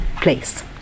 place